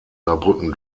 saarbrücken